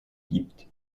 gibt